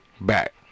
back